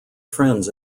friends